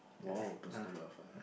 !wow! personal welfare